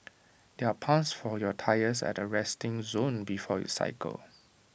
there are pumps for your tyres at the resting zone before you cycle